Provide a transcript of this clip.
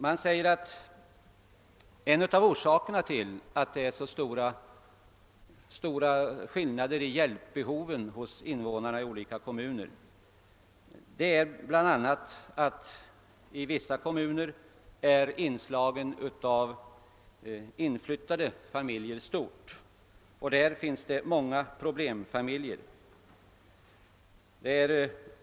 Det heter att en av orsakerna till att det föreligger så stora skillnader i bjälpbehoven hos invånarna i olika kommuner är att inslaget av inflyttade familjer är stort i vissa kommuner. Där finns det många problemfamiljer.